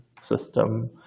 system